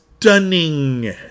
Stunning